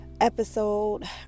episode